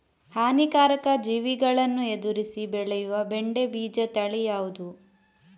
ಹಾನಿಕಾರಕ ಜೀವಿಗಳನ್ನು ಎದುರಿಸಿ ಬೆಳೆಯುವ ಬೆಂಡೆ ಬೀಜ ತಳಿ ಯಾವ್ದು?